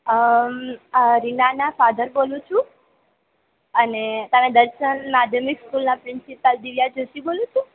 રીનાના father બોલું છું અને તમે દર્શન માધ્યમિક સ્કૂલના પ્રિનસિપાલ